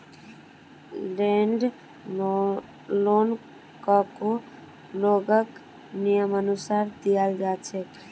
land लोनकको लोगक नियमानुसार दियाल जा छेक